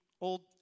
old